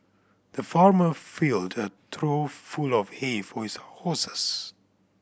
the farmer filled a trough full of hay for his horses